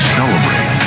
celebrate